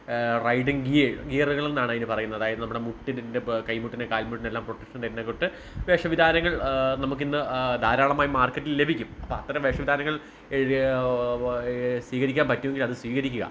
riding gear ഗിയറുകൾ എന്നാണ് അതിന് പറയുന്നത് അതായത് നമ്മുടെ മുട്ടിന് കൈമുട്ടിന് കാൽമുട്ടിനെല്ലാം പ്രൊട്ടക്ഷൻ തരുന്നത് തൊട്ട് വേഷവിധാനങ്ങൾ നമുക്ക് ഇന്ന് ധാരാളമായി മാർക്കറ്റിൽ ലഭിക്കും അപ്പം അത്തരം വേഷവിധാനങ്ങൾ സ്വീകരിക്കാൻ പറ്റുമെങ്കിൽ അത് സ്വീകരിക്കുക